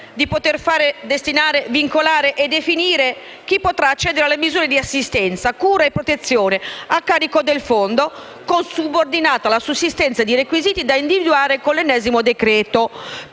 per poter far destinare, vincolare e definire chi potrà accedere alle misure di assistenza, cura e protezione a carico del Fondo, con subordinata la sussistenza di requisiti da individuare con l'ennesimo decreto.